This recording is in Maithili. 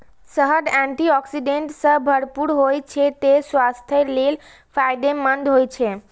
शहद एंटी आक्सीडेंट सं भरपूर होइ छै, तें स्वास्थ्य लेल फायदेमंद होइ छै